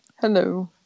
Hello